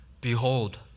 behold